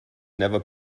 never